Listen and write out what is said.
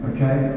Okay